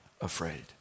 afraid